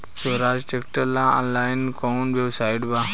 सोहराज tractor ला online कोउन website बा?